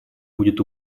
будет